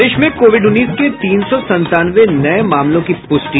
प्रदेश में कोविड उन्नीस के तीन सौ संतानवे नये मामलों की पुष्टि